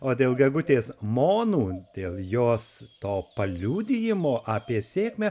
o dėl gegutės monų dėl jos to paliudijimo apie sėkmę